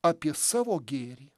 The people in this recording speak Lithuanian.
apie savo gėrį